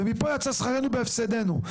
ומפה יצא שכרנו בהפסדנו.